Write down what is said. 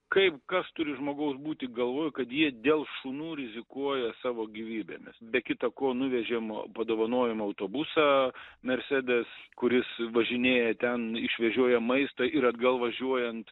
kaip kas turi žmogaus būti galvoj kad ji dėl šunų rizikuoja savo gyvybėmis be kita ko nuvežėm padovanojom autobusą mersedes kuris važinėja ten išvežioja maistą ir atgal važiuojant